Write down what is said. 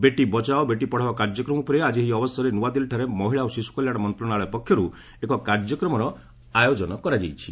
ବେଟି ବଚାଓ ବେଟି ପଢ଼ାଓ କାର୍ଯ୍ୟକ୍ରମ ଉପରେ ଆଜି ଏହି ଅବସରରେ ନୂଆଦିଲ୍ଲୀଠାରେ ମହିଳା ଓ ଶିଶୁ କଲ୍ୟାଣ ମନ୍ତ୍ରଣାଳୟ ପକ୍ଷରୁ ଏକ କାର୍ଯ୍ୟକ୍ରମର ଆୟୋଜନ କରାଯାଇଛି